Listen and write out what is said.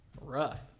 Rough